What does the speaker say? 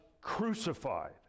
crucified